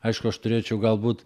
aišku aš turėčiau galbūt